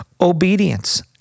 Obedience